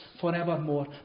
forevermore